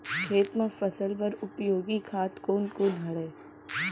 खेत म फसल बर उपयोगी खाद कोन कोन हरय?